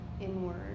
inward